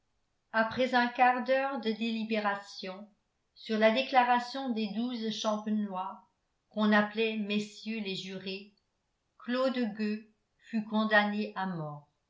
après un quart d'heure de délibération sur la déclaration des douze champenois qu'on appelait messieurs les jurés claude gueux fut condamné à mort